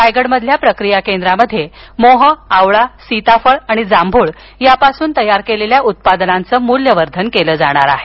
रायगडमधील प्रक्रिया केंद्रामध्ये मोह आवळा सीताफळ आणि जांभूळ यापासून तयार केलेल्या उत्पादनांचे मूल्यवर्धन केले जाणार आहे